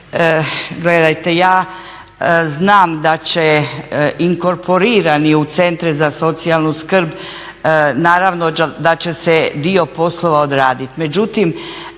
gledajte ja znam da će inkorporirani u centre za socijalnu skrb naravno da će se dio poslova odraditi,